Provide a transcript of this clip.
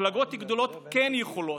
מפלגות גדולות כן יכולות.